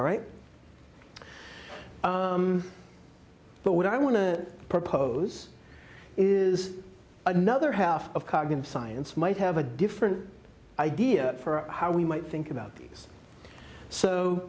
all right but what i want to propose is another half of cognitive science might have a different idea for how we might think about these so